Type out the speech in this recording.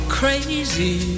crazy